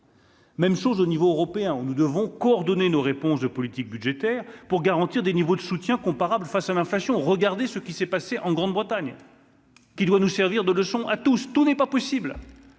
Même chose au niveau européen on nous devons coordonner nos réponses de politique budgétaire pour garantir des niveaux de soutien comparables face à l'inflation, regardez ce qui s'est passé en Bretagne, qui doit nous servir de leçon à tous, tout n'est pas possible